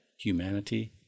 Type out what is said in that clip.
humanity